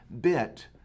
bit